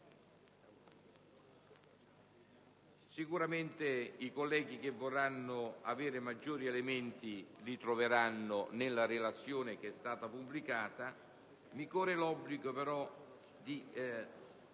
e privato. I colleghi che vorranno avere maggiori elementi li troveranno nella relazione pubblicata; mi corre l'obbligo però di